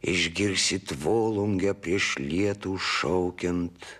išgirsit volungę prieš lietų šaukiant